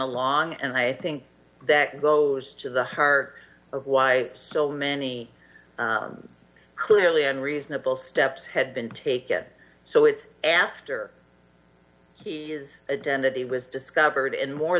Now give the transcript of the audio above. along and i think that goes d to the heart of why so many clearly and reasonable steps had been taken so it's after he is agenda day was discovered and more